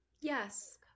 Yes